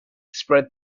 spread